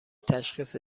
تشخیص